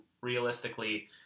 realistically